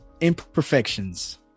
imperfections